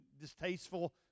distasteful